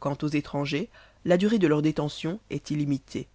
quant aux étrangers la durée de leur détention est illimitée